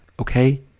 okay